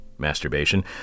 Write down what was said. Masturbation